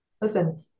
Listen